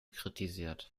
kritisiert